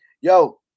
yo –